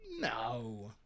no